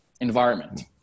environment